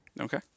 Okay